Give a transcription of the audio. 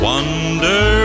Wonder